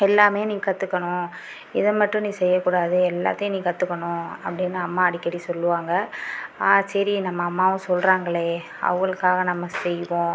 எல்லாமே நீ கற்றுக்கணும் இதை மட்டும் நீ செய்யக்கூடாது எல்லாத்தையும் நீ கற்றுக்கணும் அப்படினு அம்மா அடிக்கடி சொல்லுவாங்க சரி நம்ம அம்மாவும் சொல்றாங்களே அவங்களுக்காக நாம செய்வோம்